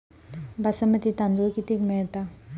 बासमती तांदूळ कितीक मिळता?